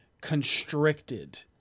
constricted